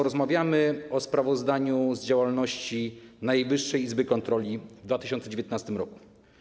Rozmawiamy o sprawozdaniu z działalności Najwyższej Izby Kontroli w 2019 r.